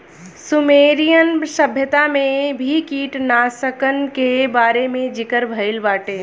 Sumerian सभ्यता में भी कीटनाशकन के बारे में ज़िकर भइल बाटे